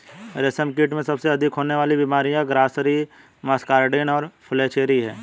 रेशमकीट में सबसे अधिक होने वाली बीमारियां ग्रासरी, मस्कार्डिन और फ्लैचेरी हैं